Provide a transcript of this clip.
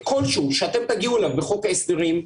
שאתם תגיעו אליו בחוק ההסדרים.